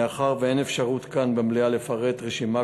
מאחר שאין אפשרות כאן במליאה לפרט רשימה